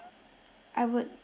I would